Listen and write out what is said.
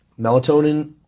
Melatonin